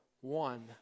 one